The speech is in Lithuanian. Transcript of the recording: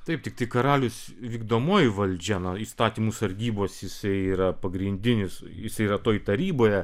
taip tiktai karalius vykdomoji valdžia na įstatymų sargybos jisai yra pagrindinis jis yra toj taryboje